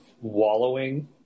wallowing